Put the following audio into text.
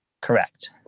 Correct